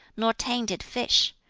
nor tainted fish,